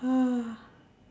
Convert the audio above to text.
ha